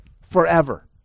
forever